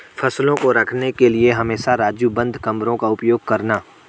फसलों को रखने के लिए हमेशा राजू बंद कमरों का उपयोग करना